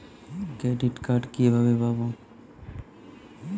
Credit card কিভাবে পাব?